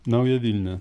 nauja vilnia